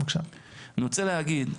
אני רוצה להגיד,